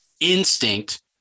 instinct